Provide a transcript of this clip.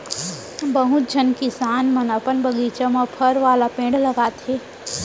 बहुत झन किसान मन अपन बगीचा म फर वाला पेड़ लगाथें